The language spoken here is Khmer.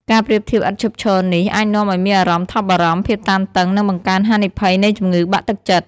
ការប្រៀបធៀបឥតឈប់ឈរនេះអាចនាំឱ្យមានអារម្មណ៍ថប់បារម្ភ ភាពតានតឹង និងបង្កើនហានិភ័យនៃជំងឺបាក់ទឹកចិត្ត។